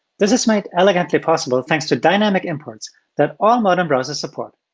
this is made elegantly possible thanks to dynamic imports that all modern browsers support.